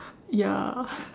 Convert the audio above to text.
ya